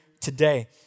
today